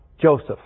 Joseph